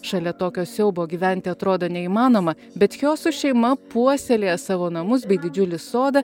šalia tokio siaubo gyventi atrodo neįmanoma bet hioso šeima puoselėja savo namus bei didžiulį sodą